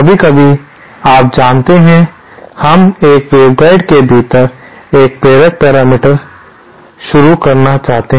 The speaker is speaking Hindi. कभी कभी आप जानते हैं हम एक वेवगाइड के भीतर एक प्रेरक पैरामीटर शुरू करना चाहते हैं